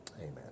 Amen